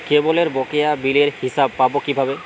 কেবলের বকেয়া বিলের হিসাব পাব কিভাবে?